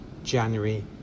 January